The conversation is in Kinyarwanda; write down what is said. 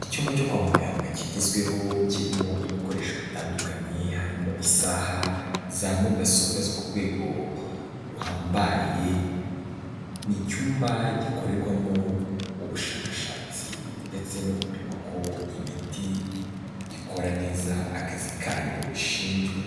Icyumba cyo kwa muganga kigezweho, kirimo ibikoresho bitandukanye, harimo isaha, za mudasobwa zo ku rwego ruhambaye, ni icyumba gikorerwamo ubushakashatsi ndetse no gupima ko imiti ikora neza akazi kayo ishinzwe.